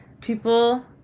people